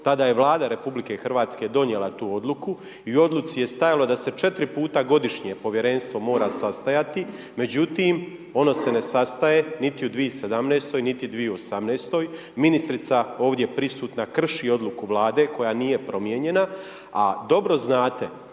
tada je Vlada RH donijela tu odluku i u odluci je stajalo da se 4 puta godišnje Povjerenstvo mora sastajati. Međutim, ono se ne sastaje niti u 2017., niti u 2018. Ministrica ovdje prisutna krši odluku Vlade koja nije promijenjena. A dobro znate